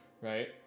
Right